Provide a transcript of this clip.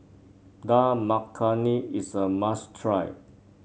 Dal Makhani is a must try